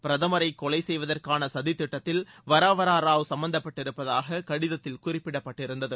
பிரதமரை கொலை செய்வதற்கான சதித்திட்டத்தில் வரவாரா ராவ் சம்மந்தப்பட்டிருப்பதாக கடிதத்தில் குறிப்பிடப்பட்டிருந்தது